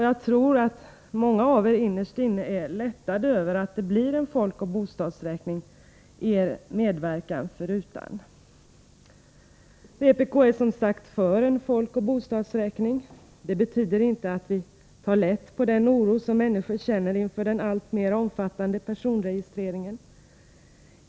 Jag tror att många av er innerst inne är lättade över att det blir en folkoch Vpk är som sagt för en folkoch bostadsräkning. Det betyder inte att vi tar lätt på den oro som människor känner inför den alltmer omfattande personregistreringen.